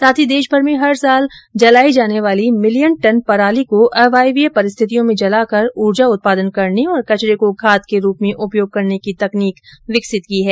साथ ही देशभर में हर साल जलाई जाने वाली मिलियन टन पराली को अवायवीय परिस्थितियों में जलाकर ऊर्जा उत्पादन करने और कचरे को खाद के रूप में उपयोग करने की तकनीक विकसित की है